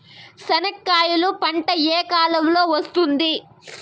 చెనక్కాయలు పంట ఏ కాలము లో వస్తుంది